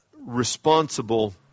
Responsible